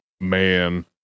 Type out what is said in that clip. man